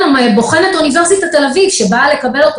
בוחנת אוניברסיטת תל אביב שבאה לקבל אותו